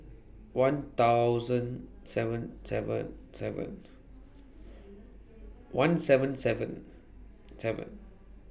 one thousand seven seven seven one seven seven seven